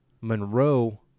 Monroe